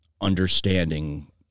understanding